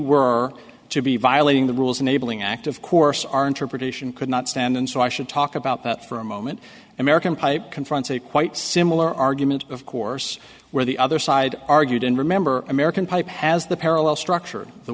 were to be violating the rules enabling act of course our interpretation could not stand and so i should talk about that for a moment american pipe confronts a quite similar argument of course where the other side argued and remember american pipe has the parallel structure of the